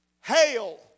Hail